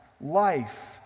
Life